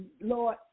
Lord